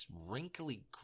Wrinkly